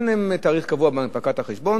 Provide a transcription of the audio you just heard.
אין להם תאריך קבוע בהנפקת החשבון.